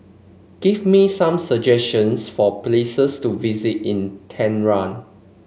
give me some suggestions for places to visit in Tehran